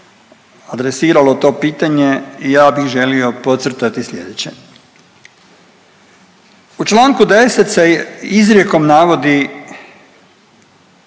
adresiralo to pitanje ja bih želio podcrtati slijedeće. U Članku 10. se izrijekom navodi